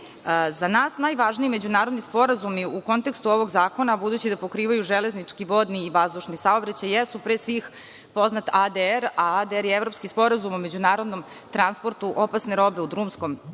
Za nas najvažniji međunarodni sporazumi, u kontekstu ovog zakona, budući da pokrivaju železnički, vodni i vazdušni saobraćaj, jesu pre svih poznat ADR, a ADR je Evropski sporazum o međunarodnom transportu opasne robe u drumskom